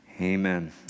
Amen